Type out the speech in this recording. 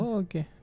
okay